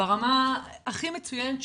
ברמה הכי מצוינת שיש,